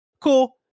cool